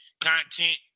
content